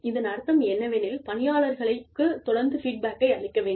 இதன் அர்த்தம் என்னவெனில் பணியாளர்களுக்குத் தொடர்ந்து ஃபீட்பேக்கை அளிக்க வேண்டும்